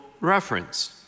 reference